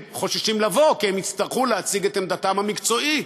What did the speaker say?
הם חוששים לבוא כי הם יצטרכו להציג את עמדתם המקצועית,